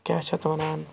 کیٛاہ چھِ اَتھ وَنان